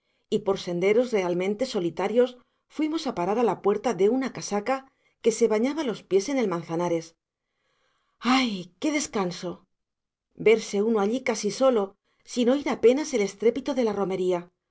y por senderos realmente solitarios fuimos a parar a la puerta de una casaca que se bañaba los pies en el manzanares ay qué descanso verse uno allí casi solo sin oír apenas el estrépito de la romería